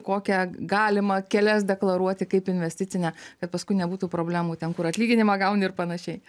kokią galimą kelias deklaruoti kaip investicinę kad paskui nebūtų problemų ten kur atlyginimą gauni ir panašiai